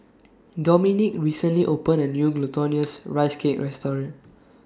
Dominick recently opened A New Glutinous Rice Cake Restaurant